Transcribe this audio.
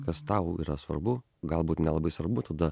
kas tau yra svarbu galbūt nelabai svarbu tada